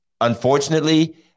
Unfortunately